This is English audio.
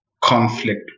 conflict